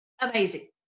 Amazing